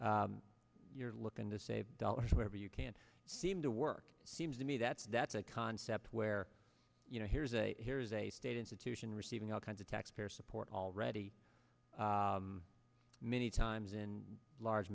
you're look and to save dollars wherever you can seem to work seems to me that's that's a concept where you know here's a here's a state institution receiving all kinds of taxpayer support already many times in large